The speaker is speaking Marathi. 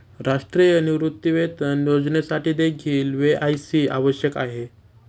राष्ट्रीय निवृत्तीवेतन योजनेसाठीदेखील के.वाय.सी आवश्यक आहे